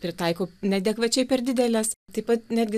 pritaiko neadekvačiai per dideles taip pat netgi